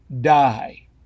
die